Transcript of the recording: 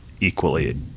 equally